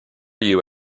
you